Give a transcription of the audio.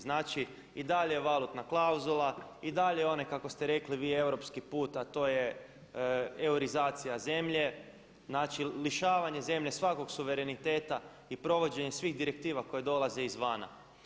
Znači i dalje valutna klauzula, i dalje one kako ste rekli vi europski put a to je eorizacija zemlje, znači lišavanje zemlje svakog suvereniteta i provođenje svih direktiva koje dolaze izvana.